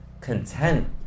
content